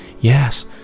yes